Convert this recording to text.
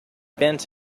bent